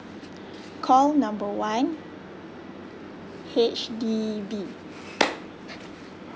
call number one H_D_B